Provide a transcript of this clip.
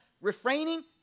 refraining